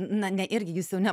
na ne irgi jūs jau ne